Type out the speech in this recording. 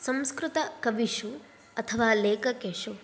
संस्कृतकविषु अथवा लेखकेषु